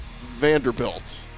Vanderbilt